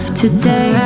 today